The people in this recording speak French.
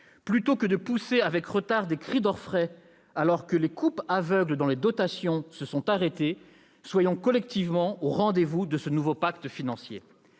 Plutôt que de pousser avec retard des cris d'orfraie, alors que les coupes aveugles dans les dotations se sont arrêtées, soyons collectivement au rendez-vous de ce nouveau pacte financier.